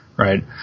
Right